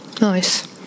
Nice